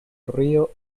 río